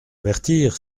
avertir